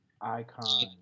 Icon